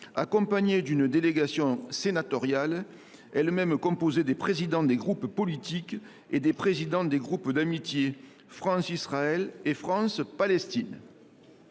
accompagné d’une délégation sénatoriale composée des présidents des groupes politiques et des présidents des groupes d’amitié France Israël et France Palestine.